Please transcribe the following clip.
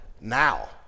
now